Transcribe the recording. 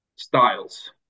styles